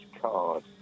card